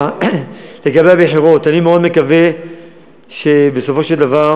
לגבי הבחירות, אני מאוד מקווה שבסופו של דבר